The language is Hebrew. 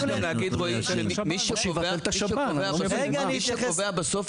אתה יכול גם להגיד רועי זה מי שקובע בסוף